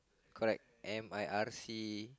correct and my I_C